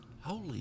Holy